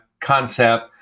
concept